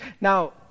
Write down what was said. Now